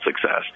success